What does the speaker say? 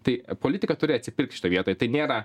tai politika turi atsipirkt šitoj vietoj tai nėra